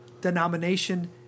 denomination